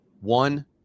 One